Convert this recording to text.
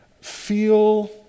feel